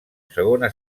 segona